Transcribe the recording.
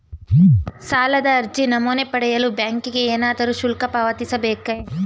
ಸಾಲದ ಅರ್ಜಿ ನಮೂನೆ ಪಡೆಯಲು ಬ್ಯಾಂಕಿಗೆ ಏನಾದರೂ ಶುಲ್ಕ ಪಾವತಿಸಬೇಕೇ?